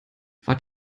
wart